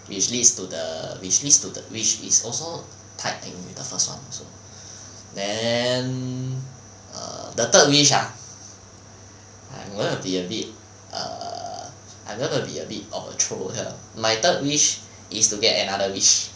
which leads to the which leads to the which is also tied in with the first [one] also then err the third wish ah I'm gonna be a bit err I'm going be a bit of a troll here my third wish is to get another wish